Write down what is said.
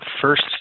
first